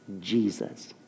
Jesus